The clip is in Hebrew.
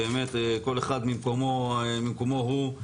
כל אחד במקומו הוא,